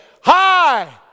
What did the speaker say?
Hi